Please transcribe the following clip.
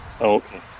Okay